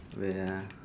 wait uh